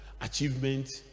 achievement